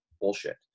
Bullshit